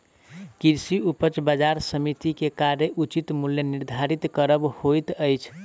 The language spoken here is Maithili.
कृषि उपज बजार समिति के कार्य उचित मूल्य निर्धारित करब होइत अछि